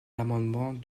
l’amendement